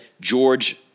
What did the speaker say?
George